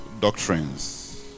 doctrines